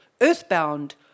earthbound